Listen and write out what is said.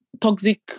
toxic